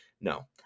No